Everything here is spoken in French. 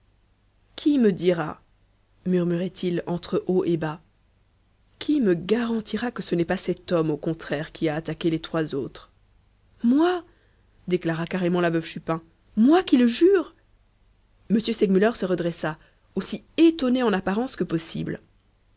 qui me dira murmurait-il entre haut et bas qui me garantira que ce n'est pas cet homme au contraire qui a attaqué les trois autres moi déclara carrément la veuve chupin moi qui le jure m segmuller se redressa aussi étonné en apparence que possible